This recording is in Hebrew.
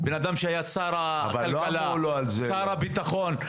בן אדם שהיה שר הכלכלה, שר הבטחון.